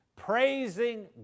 Praising